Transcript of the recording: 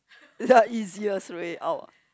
the easiest way out